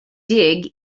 dig